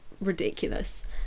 ridiculous